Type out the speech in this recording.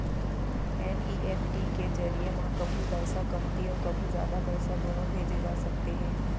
NEFT के जरिए म कभू पइसा कमती अउ कभू जादा पइसा दुनों भेजे जा सकते हे